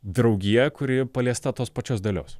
draugija kuri paliesta tos pačios dalios